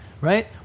right